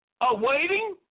awaiting